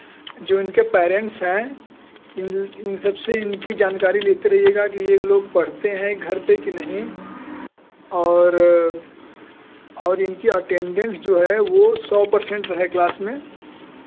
जो इनके पैरेंट्स हैं इन सबसे इनकी जानकारी लेते रहिएगा कि यह लोग पढ़ते हैं घर पर कि नहीं और और इनके अटेंडेंस जो है वह सौ पर सेंट रहे क्लास में